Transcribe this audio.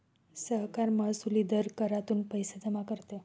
सरकार महसुली दर करातून पैसे जमा करते